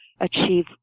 achieve